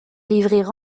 livrer